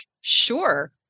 sure